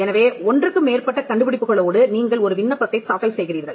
எனவே ஒன்றுக்கு மேற்பட்ட கண்டுபிடிப்புகளோடு நீங்கள் ஒரு விண்ணப்பத்தைத் தாக்கல் செய்கிறீர்கள்